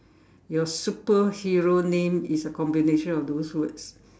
your superhero name is a combination of those words